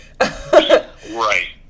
Right